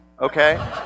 Okay